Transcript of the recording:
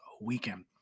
weekend